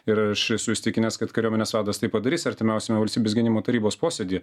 ir aš esu įsitikinęs kad kariuomenės vadas tai padarys artimiausiame valstybės gynimo tarybos posėdy